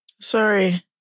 Sorry